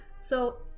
so,